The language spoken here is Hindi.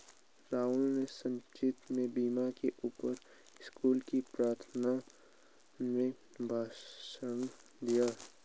राहुल ने संपत्ति के बीमा के ऊपर स्कूल की प्रार्थना में भाषण दिया